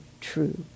true